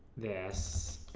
this